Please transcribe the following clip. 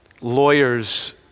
lawyers